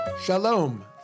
Shalom